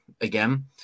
again